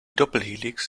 doppelhelix